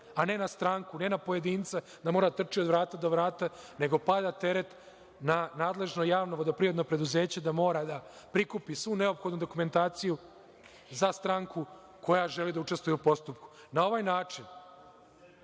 a ne na stranku, ne na pojedinca da mora da trči od vrata do vrata, nego pada teret na nadležno javno vodoprivredno preduzeće da mora da prikupi svu neophodnu dokumentaciju za stranku koja želi da učestvuje u postupku. Na ovaj način